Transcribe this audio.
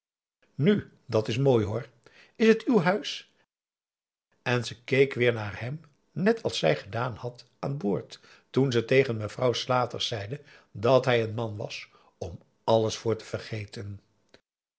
nu dat is mooi hoor is het uw huis en ze keek weer naar hem net als zij gedaan had aan boord toen ze tegen mevrouw slaters zeide dat hij een man was om alles voor te vergeten